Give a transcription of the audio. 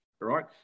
right